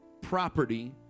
property